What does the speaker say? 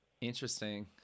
interesting